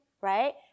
right